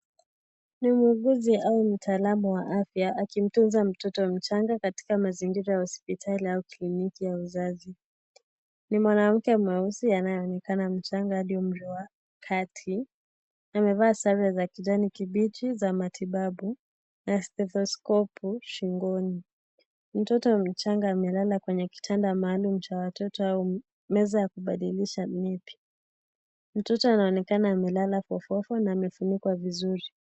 Ni muuguzi au mtaalamu wa afya akimtunza mtoto mchanga katika mazingira ya hospitali au kliniki ya uzazi. Ni mwanamke mweusi anayeonekana mchanga hadi umri wake kati . Amevaa sare za kijani kibichi za matibabu na stethoskopu shingoni . Mtoto mchanga amelala kwenye kitanda maalum cha watoto au meza ya kubadilisha nepi . Mtoto anaonekana amelala fofofo na amefunikwa vizuri.